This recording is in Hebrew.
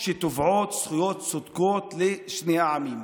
תובע זכויות צודקות לשני העמים.